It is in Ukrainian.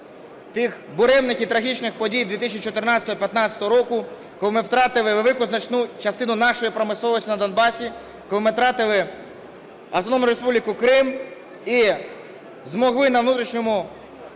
тих буремних і трагічних подій 2014 і 2015 років, коли ми втратили велику значну частину нашої промисловості на Донбасі, коли ми втратили Автономну Республіку Крим і змогли на внутрішньому